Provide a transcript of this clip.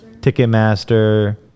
Ticketmaster